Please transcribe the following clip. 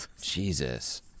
Jesus